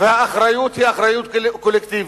והאחריות היא אחריות קולקטיבית.